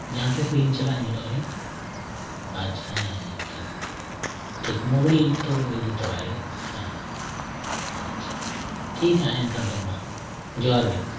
ᱡᱟᱦᱟᱸ ᱛᱤᱥ ᱞᱤᱧ ᱪᱟᱞᱟᱜᱼᱟ ᱮᱱ ᱦᱤᱞᱳᱜ ᱞᱤᱧ ᱟᱪᱪᱷᱟ ᱦᱮᱸ ᱴᱷᱤᱠ ᱴᱷᱤᱠ ᱴᱷᱤᱠ ᱢᱚᱵᱟᱭᱤᱞ ᱛᱚ ᱤᱫᱤ ᱛᱚᱨᱟᱭᱟᱞᱤᱧ ᱦᱮᱸ ᱟᱪᱪᱷᱟ ᱴᱷᱤᱠ ᱦᱟᱸᱜ ᱮᱱᱠᱷᱟᱱ ᱫᱚ ᱢᱟ ᱡᱚᱦᱟᱨ ᱜᱮ